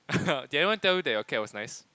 did anyone tell you that your cat was nice